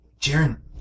Jaren